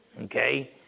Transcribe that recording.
Okay